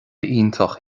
iontach